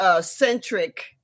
centric